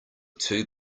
two